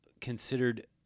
considered